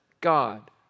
God